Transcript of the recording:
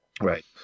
Right